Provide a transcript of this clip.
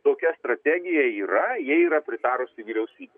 tokia strategija yra jai yra pritarusi vyriausybė